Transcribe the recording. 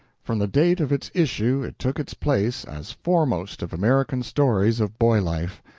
from the date of its issue it took its place as foremost of american stories of boy life,